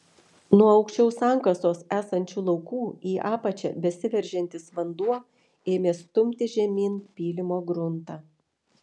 nuo aukščiau sankasos esančių laukų į apačią besiveržiantis vanduo ėmė stumti žemyn pylimo gruntą